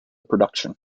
production